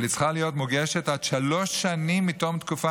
אבל היא צריכה להיות מוגשת עד שלוש שנים מתום התקופה